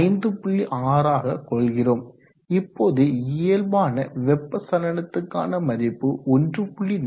6 ஆக கொள்கிறோம் இப்போது இயல்பான வெப்ப சலனதுக்கான மதிப்பு 1